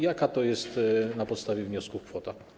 Jaka to jest na podstawie wniosków kwota?